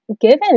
given